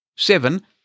Seven